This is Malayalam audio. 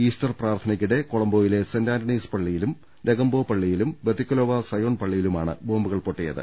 ഈസ്റ്റർ പ്രാർത്ഥനയ്ക്കിടെ കൊളംബോയിലെ സെന്റ് ആന്റ ണീസ് പള്ളിയിലും നെഗംബോ പള്ളിയിലും ബത്തിക്ക്ലോവ സയോൺ പള്ളിയിലുമാണ് ബോംബുകൾ പൊട്ടിയത്